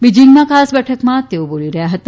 બીજીંગમાં ખાસ બેઠકમાં તેઓ બોલી રહ્યા હતા